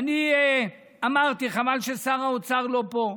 ואני אמרתי, חבל ששר האוצר לא פה.